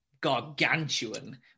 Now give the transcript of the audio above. gargantuan